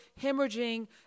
hemorrhaging